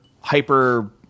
hyper